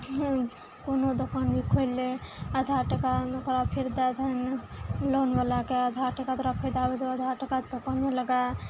कोनो दोकान भी खोलि ले आधा टाका ओकरा फेर दै दहुन लोनवला के आधा टाका तोरा फायदा हेतहु आधा टाका दोकानो लगा